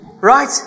Right